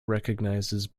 recognizes